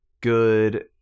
good